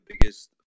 biggest